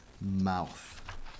mouth